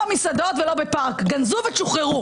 לא במסעדות ולא בפארק גנזו ותשוחררו.